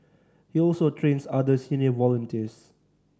he also trains other senior volunteers